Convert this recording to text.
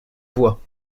voie